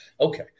Okay